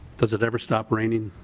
does it ever stop raining?